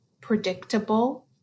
predictable